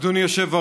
הישיבה.